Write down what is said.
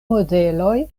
modeloj